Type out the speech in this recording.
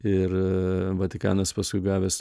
ir vatikanas paskui gavęs